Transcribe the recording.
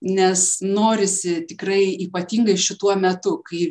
nes norisi tikrai ypatingai šituo metu kai